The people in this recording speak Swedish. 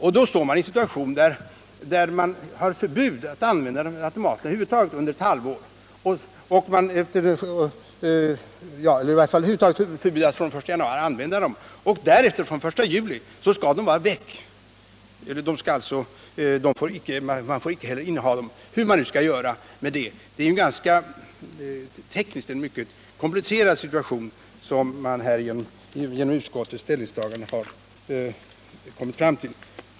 Men då har man ett förbud mot att över huvud taget använda automater under ett halvår, och efter den 1 juli får man icke heller inneha dem, hur man nu skall göra med det. Det är en tekniskt mycket komplicerad situation som man försätter sig i, och det enda rimliga för dem som önskar 25-öresautomater är därför att stödja reservationen om ett uppskjutet ikraftträdande av lagen.